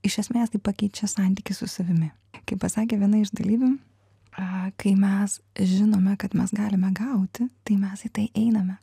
iš esmės tai pakeičia santykį su savimi kaip pasakė viena iš dalyvių a kai mes žinome kad mes galime gauti tai mes į tai einame